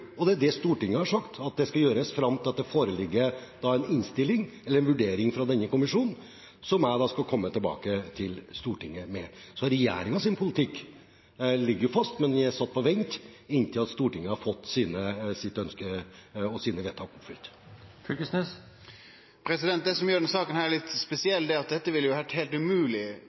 og det er det Stortinget har sagt at skal gjøres fram til det foreligger en innstilling eller en vurdering fra denne kommisjonen, som jeg skal komme tilbake til Stortinget med. Så regjeringens politikk ligger fast, men er satt på vent inntil Stortinget har fått sitt ønske og sine vedtak oppfylt. Det som gjer denne saka litt spesiell, er at dette ville vore heilt